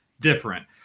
different